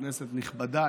כנסת נכבדה,